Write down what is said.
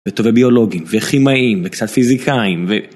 וטובי ביולוגים, וחימאים, וקצת פיזיקאים ו...